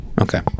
Okay